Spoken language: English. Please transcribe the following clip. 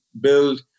build